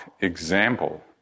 example